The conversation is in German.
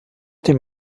dem